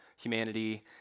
Humanity